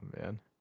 man